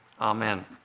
Amen